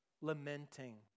lamenting